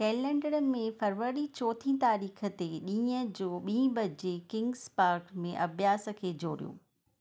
calendar में फरवरी चोथीं तारीख़ ते ॾींहुं जो ॿी बजे किंग्स पार्क में अभ्यासु खे जोड़ियो